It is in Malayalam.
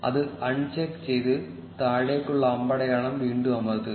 അത് അൺചെക്ക് ചെയ്ത് താഴേക്കുള്ള അമ്പടയാളം വീണ്ടും അമർത്തുക